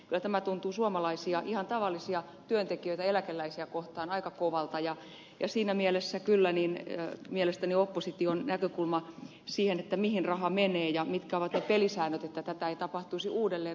kyllä tämä tuntuu ihan tavallisia suomalaisia työntekijöitä eläkeläisiä kohtaan aika kovalta ja siinä mielessä kyllä mielestäni opposition näkökulma siihen mihin raha menee ja mitkä ovat ne pelisäännöt että tätä ei tapahtuisi uudelleen on erittäin perusteltu